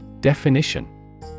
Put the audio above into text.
Definition